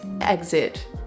exit